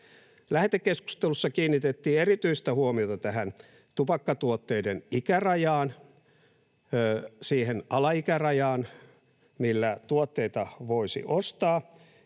Lähetekeskustelussa kiinnitettiin erityistä huomiota tähän tupakkatuotteiden ikärajaan, siihen alaikärajaan, millä tuotteita voisi ostaa.